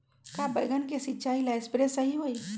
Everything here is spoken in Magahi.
का बैगन के सिचाई ला सप्रे सही होई?